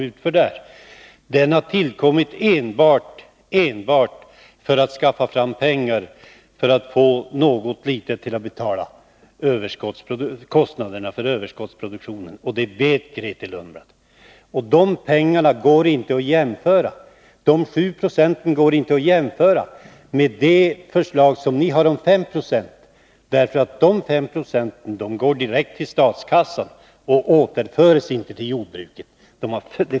Avgiften har tillkommit enbart för att skaffa fram pengar att till någon liten del betala kostnaderna för överproduktionen, och det vet Grethe Lundblad. Det går inte att jämföra dessa 7 70 med ert förslag på 5 26. De pengar som dessa procent utgör går direkt till statskassan och återförs således inte till jordbruket.